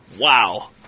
Wow